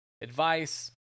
advice